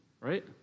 right